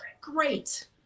great